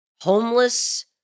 homeless